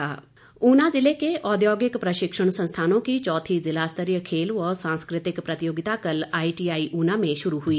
प्रतियोगिता ऊना जिले के औद्योगिक प्रशिक्षण संस्थानों की चौथी जिला स्तरीय खेल व सांस्कृतिक प्रतियोगिता कल आईटीआई ऊना में शुरू हुई